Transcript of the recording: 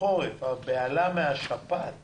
הבהלה מהשפעת